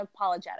unapologetic